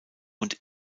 und